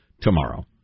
tomorrow